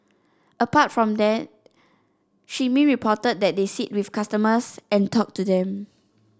apart from that Shin Min reported that they sit with customers and talk to them